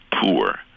poor